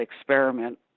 experiment